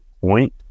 point